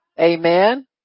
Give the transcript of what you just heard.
Amen